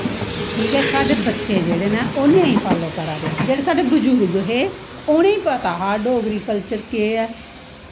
ठीक ऐ साढ़े बच्चे जेह्ड़े नै ओह् नेईं फॉल्लो करा दे जेह्ड़े साढ़े बजुर्ग हे उनें ई पता हा डोगरी कल्चर केह् ऐ